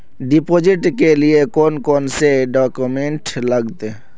Deposit के लिए कौन कौन से डॉक्यूमेंट लगते?